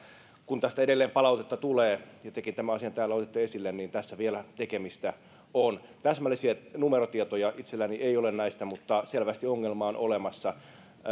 kun tästä edelleen palautetta tulee ja tekin tämän asian täällä otitte esille niin tässä vielä tekemistä on täsmällisiä numerotietoja itselläni ei ole näistä mutta selvästi ongelma on olemassa